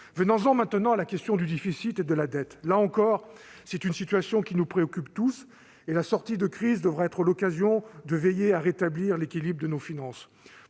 Venons-en maintenant à la question du déficit et de la dette. Là encore, c'est une situation qui nous préoccupe tous, et la sortie de crise devra être l'occasion de veiller à rétablir l'équilibre de nos finances.